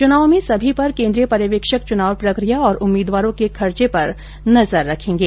च्नाव में सभी पर केन्द्रीय पर्यवेक्षक चुनाव प्रक्रिया और उम्मीदवारों के खर्चे पर नजर रखेंगे